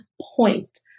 point